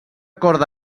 corda